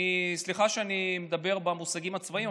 סליחה שאני מדבר במושגים הצבאיים,